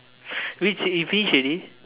wait you finish already